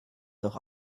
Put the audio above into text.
doch